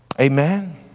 Amen